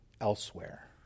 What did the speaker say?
elsewhere